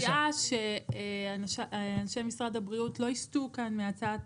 אני מציעה שאנשי משרד הבריאות לא יסטו כאן מהצעת